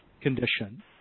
condition